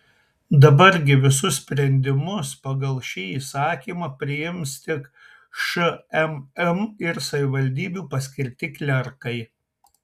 dabar gi visus sprendimus pagal šį įsakymą priims tik šmm ir savivaldybių paskirti klerkai